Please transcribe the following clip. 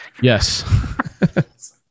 Yes